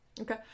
okay